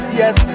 yes